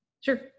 Sure